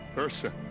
ersa!